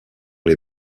les